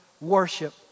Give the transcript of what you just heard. worship